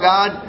God